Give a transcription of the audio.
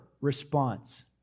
response